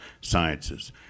sciences